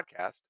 podcast